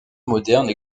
moderne